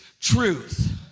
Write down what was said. truth